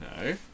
No